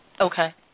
Okay